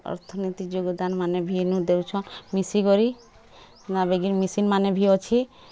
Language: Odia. ଅର୍ଥନୀତି ଯୋଗ୍ଦାନ୍ମାନେ ଭି ଇନୁ ଦେଉଛନ୍ ମିଶିକରି ନୂଆ ବେଗିର୍ ମେସିନ୍ମାନେ ଭି ଅଛେ